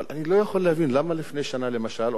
אבל אני לא יכול להבין למה לפני שנה למשל,